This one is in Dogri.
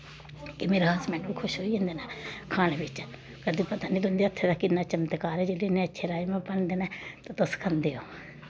कि मेरे हसबैंड बी खुश होई जंदे न खाने बिच्च आखदे पता नी तुंदे हत्थें दा किन्ना चमत्कार ऐ जेह्ड़े इ'न्ना अच्छे राजमा बनदे न ते तुस खंदे ओ